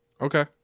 Okay